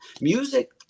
Music